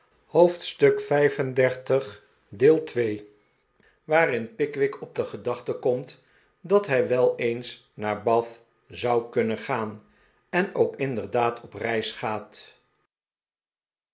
hoofdstuk xxxv waarin pickwick op de gedachte komt dat hij wel eens naar bath zou kunnen gaan en ook inderdaad op reis gaat